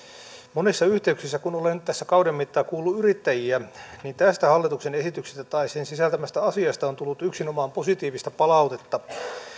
monissa yhteyksissä kun olen tässä kauden mittaan kuullut yrittäjiä tästä hallituksen esityksestä tai sen sisältämästä asiasta on tullut yksinomaan positiivista palautetta